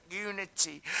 unity